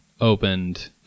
opened